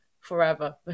forever